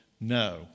no